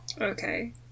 Okay